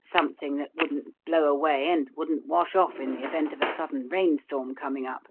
something that wouldn't blow away and wouldn't wash off in the event of a sudden rainstorm coming up.